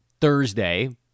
Thursday